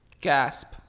Gasp